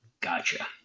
Gotcha